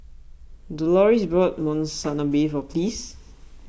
Doloris bought Monsunabe for Pleas